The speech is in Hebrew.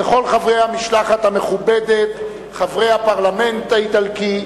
וכל חברי המשלחת המכובדת, חברי הפרלמנט האיטלקי,